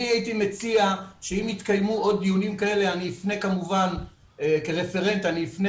אני הייתי מציע שאם יתקיימו עוד דיונים כאלה כרפרנט אפנה